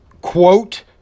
quote